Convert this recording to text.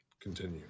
continue